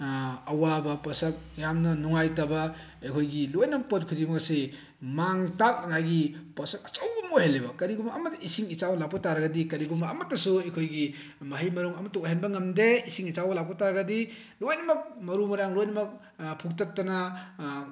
ꯑꯋꯥꯕ ꯄꯣꯠꯁꯛ ꯌꯥꯝꯅ ꯅꯨꯡꯉꯥꯏꯇꯕ ꯑꯩꯈꯣꯏꯒꯤ ꯂꯣꯏꯅꯃꯛ ꯄꯣꯠ ꯈꯨꯗꯤꯡꯃꯛ ꯑꯁꯤ ꯃꯥꯡ ꯇꯥꯛꯅꯉꯥꯏꯒꯤ ꯄꯣꯠꯁꯛ ꯑꯆꯧꯕ ꯑꯃ ꯑꯣꯏꯍꯜꯂꯤꯕ ꯀꯔꯤꯒꯨꯝꯕ ꯑꯃꯗ ꯏꯁꯤꯡ ꯏꯆꯥꯎ ꯂꯥꯛꯄ ꯇꯥꯔꯒꯗꯤ ꯀꯔꯤꯒꯨꯝꯕ ꯑꯃꯇꯁꯨ ꯑꯩꯈꯣꯏꯒꯤ ꯃꯍꯩ ꯃꯔꯣꯡ ꯑꯃꯇ ꯑꯣꯏꯍꯟꯕ ꯉꯝꯗꯦ ꯏꯁꯤꯡ ꯏꯆꯥꯎꯅ ꯂꯥꯛꯄ ꯇꯥꯔꯒꯗꯤ ꯂꯣꯏꯅꯃꯛ ꯃꯔꯨ ꯃꯔꯥꯡ ꯂꯣꯏꯅꯃꯛ ꯐꯨꯛꯇꯠꯇꯅ